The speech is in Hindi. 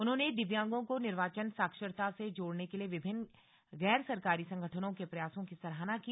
उन्होंने दिव्यांगों को निर्वाचन साक्षरता से जोड़ने के लिए विभिन्न गैर सरकारी संगठनों के प्रयासों की सराहना की